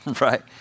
right